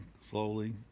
slowly